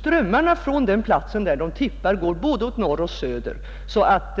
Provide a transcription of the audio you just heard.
Strömmarna från platsen där den tippar går åt både norr och söder, så att